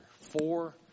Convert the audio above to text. Four